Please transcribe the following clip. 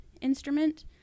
instrument